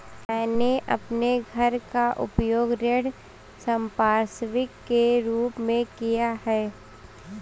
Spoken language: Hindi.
मैंने अपने घर का उपयोग ऋण संपार्श्विक के रूप में किया है